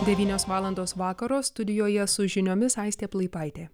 devynios valandos vakaro studijoje su žiniomis aistė plaipaitė